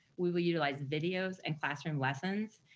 we will utilize videos and classroom lessons,